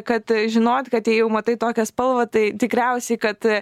kad žinot kad jei jau matau tokią spalvą tai tikriausiai kad